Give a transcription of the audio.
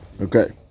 Okay